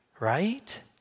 Right